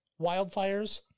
wildfires